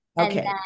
Okay